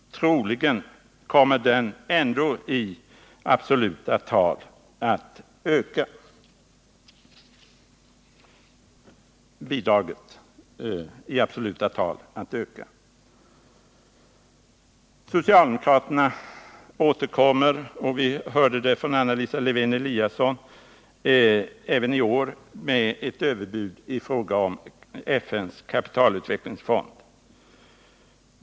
Troligen kommer det svenska bidraget ändå i absoluta tal att öka. Socialdemokraterna återkommer även i år — vi hörde det från Anna Lisa Lewén-Eliasson — med ett överbud i fråga om FN:s kapitalutvecklingsfond.